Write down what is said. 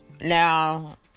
Now